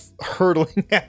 hurtling